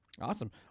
Awesome